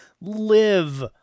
live